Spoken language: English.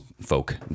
folk